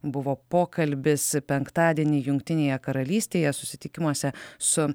buvo pokalbis penktadienį jungtinėje karalystėje susitikimuose su